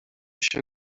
się